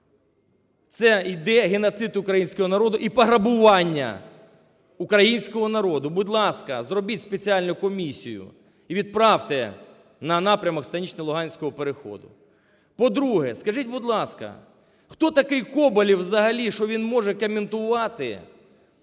це йде геноцид українського народу і пограбування українського народу! Будь ласка, зробіть спеціальну комісію і відправте на напрямок Станично-Луганського переходу. По-друге, скажіть, будь ласка, хто такий Коболєв взагалі, що він може коментувати